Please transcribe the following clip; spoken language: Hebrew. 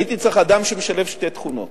הייתי צריך אדם שמשלב שתי תכונות,